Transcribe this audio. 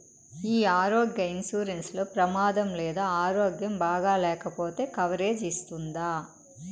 ఈ ఆరోగ్య ఇన్సూరెన్సు లో ప్రమాదం లేదా ఆరోగ్యం బాగాలేకపొతే కవరేజ్ ఇస్తుందా?